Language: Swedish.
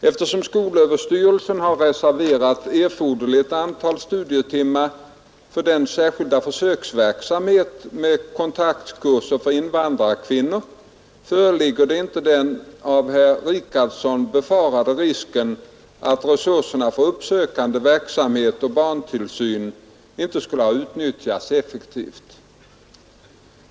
Eftersom skolöverstyrelsen har reserverat erforderligt antal studietimmar för den särskilda försöksverksamheten med kontaktkurser för invandrarkvinnor, föreligger inte den av herr Richardson befarade risken att resurserna för uppsökande verksamhet och barntillsyn inte skulle kunna utnyttjas effektivt.